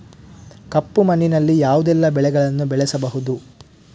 ಕಪ್ಪು ಮಣ್ಣಿನಲ್ಲಿ ಯಾವುದೆಲ್ಲ ಬೆಳೆಗಳನ್ನು ಬೆಳೆಸಬಹುದು?